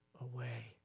away